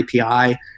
API